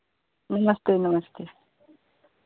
नमस्ते नमस्ते